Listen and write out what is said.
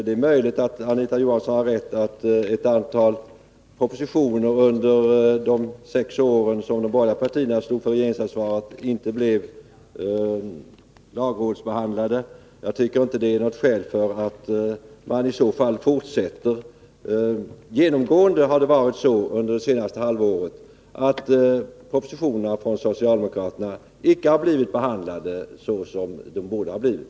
Det är möjligt att Anita Johansson har rätt i att ett antal propositioner under de sex åren som de borgerliga partierna stod för regeringsansvaret inte blev lagrådsbehandlade. Jag tycker inte att det är något skäl för att fortsätta. Det har under det senaste halvåret genomgående varit så att propositionerna från socialdemokraterna icke har blivit behandlade så som de borde ha blivit.